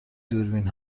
دوربین